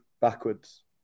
backwards